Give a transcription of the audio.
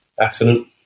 accident